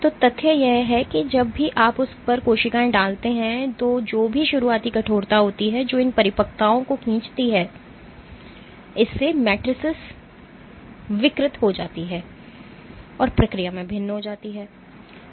तो तथ्य यह है कि जब भी आप उस पर कोशिकाएं डालते हैं तो जो भी शुरुआती कठोरता होती है जो इन परिपक्वताओं को खींचती है मेट्रिसेस विकृत हो जाती है और प्रक्रिया में भिन्न हो जाती है